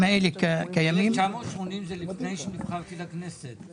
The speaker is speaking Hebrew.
1980 זה לפני שנבחרתי לכנסת.